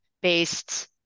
based